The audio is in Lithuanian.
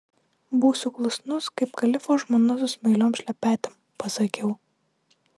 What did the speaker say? būsiu klusnus kaip kalifo žmona su smailiom šlepetėm pasakiau